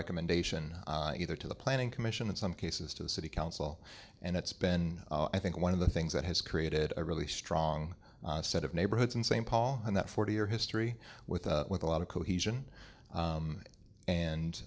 recommendation either to the planning commission in some cases to the city council and it's been i think one of the things that has created a really strong set of neighborhoods in st paul and that forty year history with the with a lot of cohesion